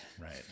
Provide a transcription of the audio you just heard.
Right